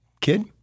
kid